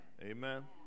Amen